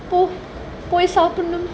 போய் சாப்பிடனும்:poi saapidanum